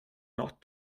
not